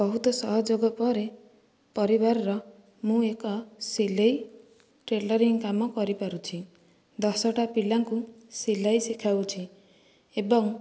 ବହୁତ ସହଯୋଗ ପରେ ପରିବାରର ମୁଁ ଏକ ସିଲେଇ ଟେଲରିଂ କାମ କରିପାରୁଛି ଦଶଟା ପିଲାଙ୍କୁ ସିଲେଇ ଶିଖାଉଛି ଏବଂ